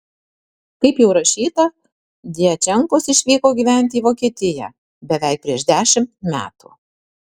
kaip jau rašyta djačenkos išvyko gyventi į vokietiją beveik prieš dešimt metų